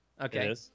okay